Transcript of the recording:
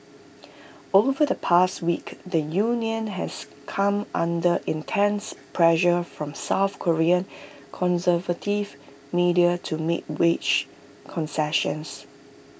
over the past week the union has come under intense pressure from south Korean conservative media to make wage concessions